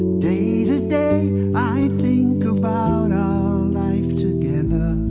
day-to-day i think about life together.